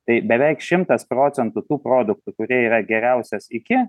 tai beveik šimtas procentų tų produktų kurie yra geriausias iki